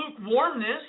lukewarmness